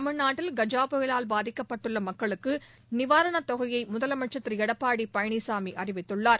தமிழ்நாட்டில் கஜா புயலால் பாதிக்கப்பட்டுள்ள மக்களுக்கு நிவாரணத் தொகையை முதலமைச்ச் திரு எடப்பாடி பழனிச்சாமி அறிவித்துள்ளார்